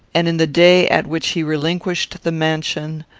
and in the day at which he relinquished the mansion,